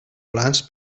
plans